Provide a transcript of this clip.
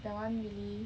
that one really